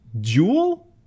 Jewel